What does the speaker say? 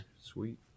Sweet